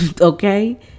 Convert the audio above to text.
Okay